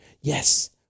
Yes